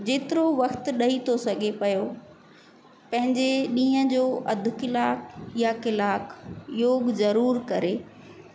जेतिरो वक़्तु ॾेई थो सघे पियो पंहिंजे ॾींहं जो अधु कलाकु या कलाकु योगु ज़रूरु करे